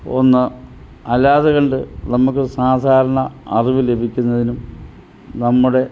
ഒന്ന് അല്ലാതെ കണ്ട് നമുക്ക് സാധാരണ അറിവു ലഭിക്കുന്നതിനും നമ്മുടെ